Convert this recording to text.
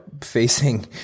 facing